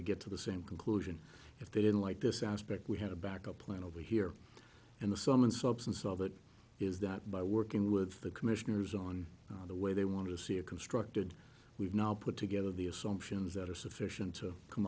to get to the same conclusion if they didn't like this aspect we had a backup plan over here and the sum and substance of it is that by working with the commissioners on the way they want to see it constructed we've now put together the assumptions that are sufficient to come